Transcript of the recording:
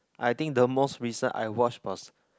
I think the most recent I watch was